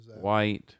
White